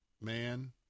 man